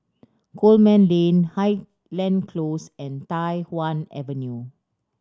Coleman Lane Highland Close and Tai Hwan Avenue